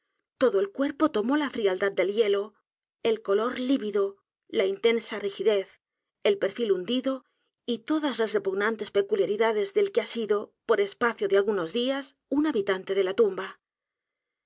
todo el cuerpo tomó la frialdad del hielo el color lívido la intensa rigidez el perfil hundido y todas las repugnantes peculiaridades del que h a sido por espacio de algunos días un habitante de la tumba